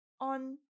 on